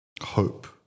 Hope